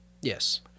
Yes